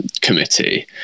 committee